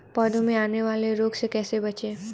पौधों में आने वाले रोग से कैसे बचें?